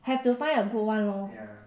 have to find a good one lor